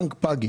הבנק הבינלאומי